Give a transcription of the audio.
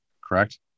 correct